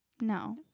No